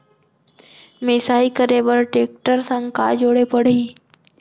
मिसाई करे बर टेकटर संग का जोड़े पड़ही?